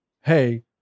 hey